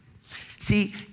See